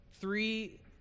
three